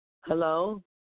Hello